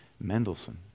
Mendelssohn